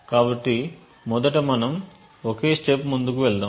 కాబట్టి మొదట మనం ఒకే స్టెప్ ముందుకు వెళదాము